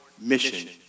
mission